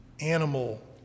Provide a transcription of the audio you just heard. animal